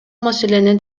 маселени